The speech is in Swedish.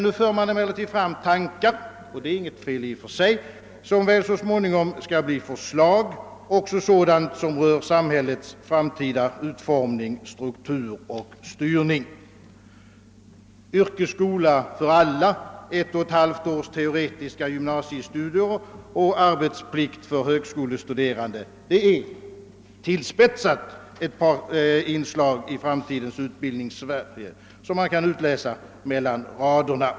Nu för man fram tankar — det är i och för sig inget fel — som väl så småningom skall bli till förslag och som rör samhällets framtida utformning, struktur och styrning. Yrkesskola för alla, ett och ett halvt års teoretiska gymnasiestudier och arbetsplikt för högskolestuderande är — med någon tillspetsning — ett par inslag i förverkligandei av planerna på det framtida Utbildningssverige som man kan utläsa mellan raderna.